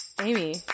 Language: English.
amy